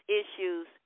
issues